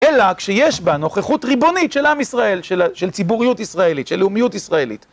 אלא כשיש בה נוכחות ריבונית של עם ישראל, של ציבוריות ישראלית, של לאומיות ישראלית.